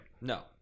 No